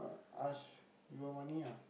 uh ask you got money ah